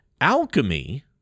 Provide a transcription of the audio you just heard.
alchemy